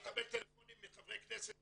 אני אקבל טלפונים מחברי כנסת ושרים.